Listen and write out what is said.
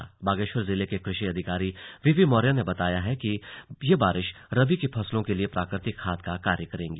बार्गेश्वर जिले के कृषि अधिकारी वीपी मौर्यें ने बताया कि ये बारिश रबी की फसलों के लिए प्राकृतिक खाद का कार्य करेगी